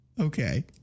Okay